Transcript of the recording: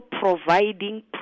providing